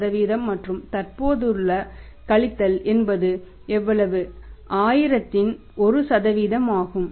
3 மற்றும் தற்போதுள்ள கழித்தல் என்பது எவ்வளவு 1000 இன் 1 ஆகும்